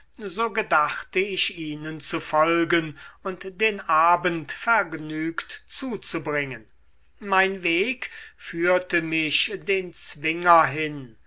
so gedachte ich ihnen zu folgen und den abend vergnügt zuzubringen mein weg führte mich den zwinger hin